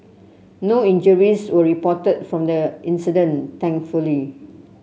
no injuries were reported from the incident thankfully